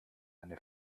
eine